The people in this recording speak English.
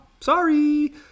sorry